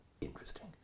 interesting